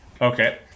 okay